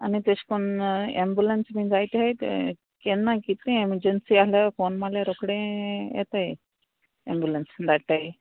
आनी तेश कोन एम्बुलंस बीन जायते हाय केन्ना कितले एमरजंसी आहा फोन माल्यार रोखडे येताय एम्बुलंस धाडटाय